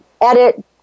edit